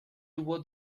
tuvo